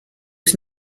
was